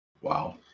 wow